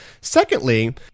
secondly